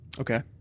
Okay